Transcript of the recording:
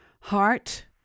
heart